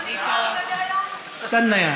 התשע"ג 2013,